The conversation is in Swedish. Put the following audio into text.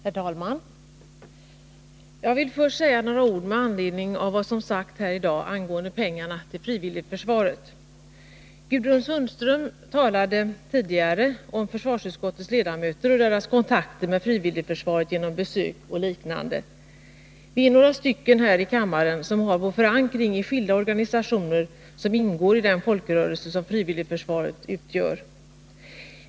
Herr talman! Jag vill först säga några ord med anledning av vad som sagts här i dag angående pengarna till frivilligförsvaret. Gudrun Sundström talade tidigare om försvarsutskottets ledamöter och deras kontakter med frivilligförsvaret genom besök och liknande. Vi är några här i kammaren som har vår förankring i skilda organisationer som ingår i den folkrörelse som frivilligförsvaret utgör.